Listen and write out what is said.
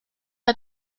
der